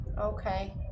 Okay